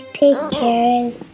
pictures